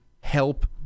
help